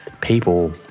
people